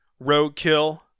roadkill